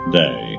day